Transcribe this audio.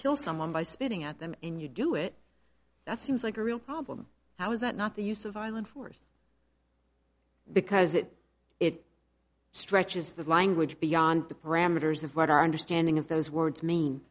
kill someone by spitting at them and you do it that seems like a real problem how is that not the use of violent force because it it stretches the language beyond the parameters of what our understanding of those words mean